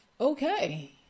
okay